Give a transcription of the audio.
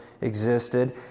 existed